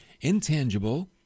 intangible